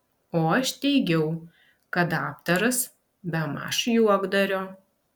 o aš teigiau kad apdaras bemaž juokdario